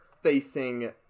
facing